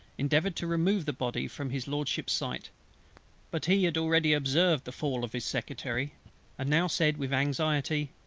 endeavoured to remove the body from his lordship's sight but he had already observed the fall of his secretary and now said with anxiety,